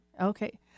Okay